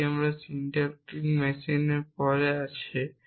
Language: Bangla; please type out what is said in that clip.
যেটি আমরা সিনট্যাকটিক মেশিনের পরে আছি